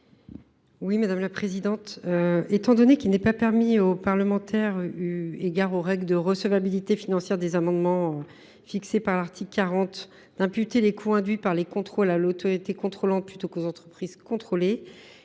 qui décide paie ». Étant donné qu’il n’est pas permis aux parlementaires, eu égard aux règles de recevabilité financière des amendements fixées par l’article 40 de la Constitution, d’imputer les coûts induits par les contrôles à l’autorité contrôlante plutôt qu’aux entreprises contrôlées,